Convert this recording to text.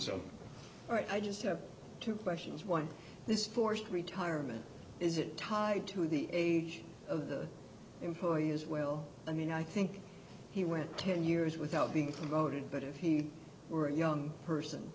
so i just have two questions one this forced retirement is it tied to the age of the employee as well i mean i think he went ten years without being promoted but if he were a young person